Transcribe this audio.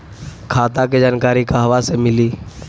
खाता के जानकारी कहवा से मिली?